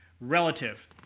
relative